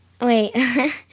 Wait